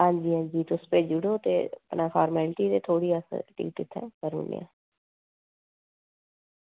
आं जी आं जी तुस भेजी ओड़ो ते फार्मेलिटी ते थोह्ड़ी टिकट अस उत्थें करी ओड़ने आं